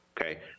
okay